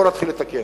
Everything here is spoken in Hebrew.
בואו נתחיל לתקן.